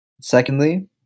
Secondly